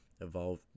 evolve